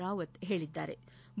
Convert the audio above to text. ರಾವತ್ ಹೇಳಿದ್ಗಾರೆ